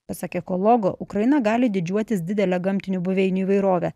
pasak ekologo ukraina gali didžiuotis didele gamtinių buveinių įvairove